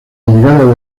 llegada